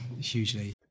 hugely